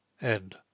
End